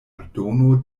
ordono